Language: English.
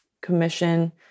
commission